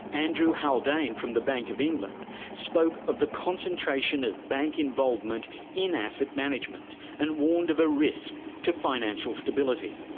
andrew haldane from the bank of england spoke of the concentration of bank involvement in asset management and warned of a risk to financial stability.